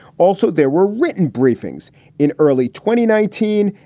also, there were written briefings in early twenty nineteen.